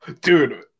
Dude